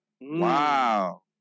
wow